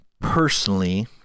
personally